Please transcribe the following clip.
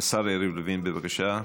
השר יריב לוין, בבקשה,